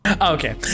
Okay